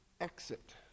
exit